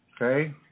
Okay